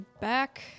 Back